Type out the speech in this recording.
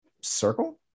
circle